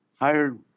hired